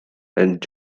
and